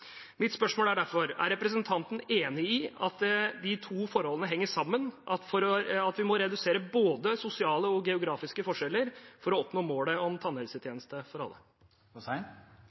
Mitt spørsmål er derfor: Er representanten enig i at de to forholdene henger sammen – at vi må redusere både sosiale og geografiske forskjeller for å oppnå målet om tannhelsetjenester for alle?